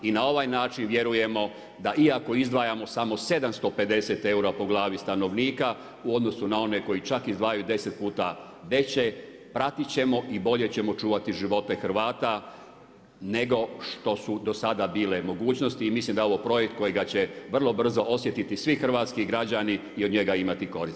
I na ovaj način vjerujemo, da iako izdvajamo samo 750 eura po glavi stanovnika, u odnosu na one koji čak izdvaja 10 puta veće, pratiti ćemo i bolje ćemo čuvati živote Hrvatske, nego što su do sada bile mogućnosti i mislim da je ovo projekt kojega će vrlo brzo osjetiti svi hrvatski građani i od njega imati korist.